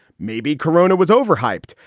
maybe corona was overhyped.